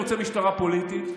הוא רוצה משטרה פוליטית,